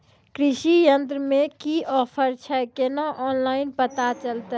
कृषि यंत्र मे की ऑफर छै केना ऑनलाइन पता चलतै?